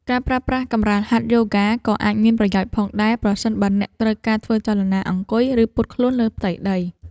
ការប្រើប្រាស់កម្រាលហាត់យូហ្គា ក៏អាចមានប្រយោជន៍ផងដែរ ប្រសិនបើអ្នកត្រូវការធ្វើចលនាអង្គុយ ឬពត់ខ្លួនលើផ្ទៃដី។